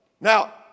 Now